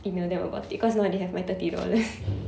email them about it cause now they have my thirty dollars